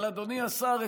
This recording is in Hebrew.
אבל אדוני השר,